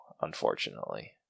unfortunately